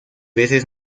veces